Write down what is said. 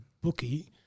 bookie